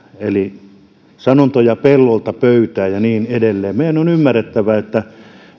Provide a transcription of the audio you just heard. eli sanonta pellolta pöytään ja niin edelleen meidän on ymmärrettävä että